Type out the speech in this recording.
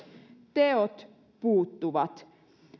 teot puuttuvat